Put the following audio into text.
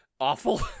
awful